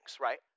Right